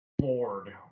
Lord